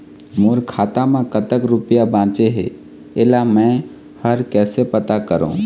मोर खाता म कतक रुपया बांचे हे, इला मैं हर कैसे पता करों?